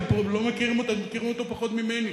אתם פה מכירים אותו פחות ממני,